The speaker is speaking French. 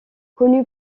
connu